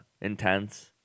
intense